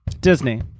Disney